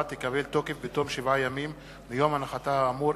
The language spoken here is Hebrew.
תקבל תוקף בתום שבעה ימים מיום הנחתה האמור,